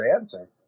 answer